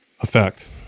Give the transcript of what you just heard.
effect